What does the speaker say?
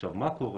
עכשיו, מה קורה